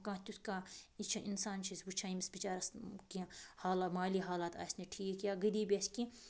کانٛہہ تیُتھ کانٛہہ یہِ چھِ اِنسان چھِ أسۍ وٕچھان ییٚمِس بِچارَس کیٚنٛہہ حالا مالی حالات آسہِ نہٕ ٹھیٖک یا غریٖبی آسہِ کیٚنٛہہ